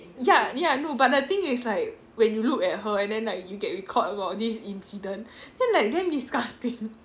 ya ya no but the thing is like when you look at her and then like you get recalled about this incident then like damn disgusting